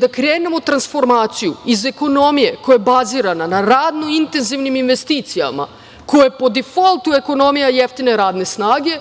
da krenemo u transformaciju iz ekonomije koja je bazirana na radno-intenzivnim investicijama koja je po difoltu ekonomija jeftine radne snage